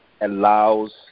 allows